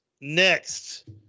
Next